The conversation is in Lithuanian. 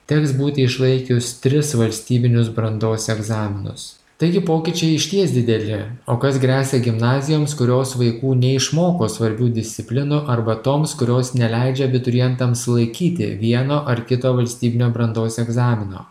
teks būti išlaikius tris valstybinius brandos egzaminus taigi pokyčiai išties dideli o kas gresia gimnazijoms kurios vaikų neišmoko svarbių disciplinų arba toms kurios neleidžia abiturientams laikyti vieno ar kito valstybinio brandos egzamino